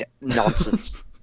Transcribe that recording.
Nonsense